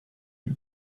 you